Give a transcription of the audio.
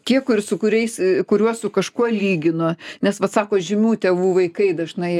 tie kur su kuriais kuriuos su kažkuo lygino nes vat sako žymių tėvų vaikai dažnai